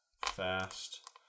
fast